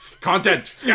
content